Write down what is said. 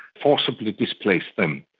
forcibly displace them.